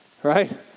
Right